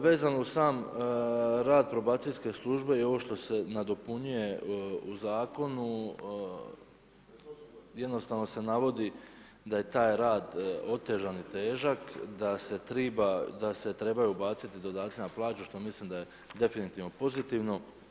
Vezano uz sam rad probacijske službe i ovo što se nadopunjuje u Zakonu, jednostavno se navodi da je taj rad otežan i težak, da se trebaju ubaciti dodaci na plaću što mislim da je definitivno pozitivno.